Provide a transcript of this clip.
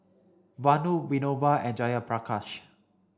Vanu Vinoba and Jayaprakash